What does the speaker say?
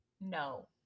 No